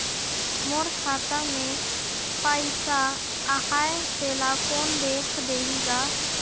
मोर खाता मे पइसा आहाय तेला कोन देख देही गा?